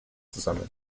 zusammen